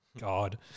god